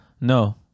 No